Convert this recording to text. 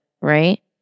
Right